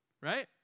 Right